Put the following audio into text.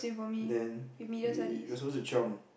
then we we were suppose to chiong